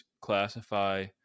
classify